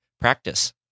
practice